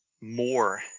more